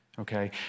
Okay